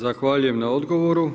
Zahvaljujem na odgovoru.